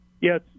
Yes